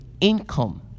income